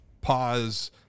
pause